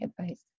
advice